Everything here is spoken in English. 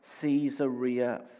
Caesarea